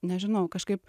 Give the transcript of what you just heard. nežinau kažkaip